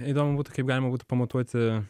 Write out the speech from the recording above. įdomu būtų kaip galima būtų pamatuoti